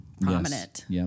Prominent